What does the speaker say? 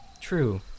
True